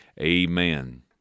Amen